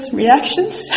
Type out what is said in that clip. reactions